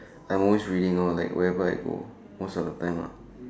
I'm always reading lor like wherever I go most of the time lah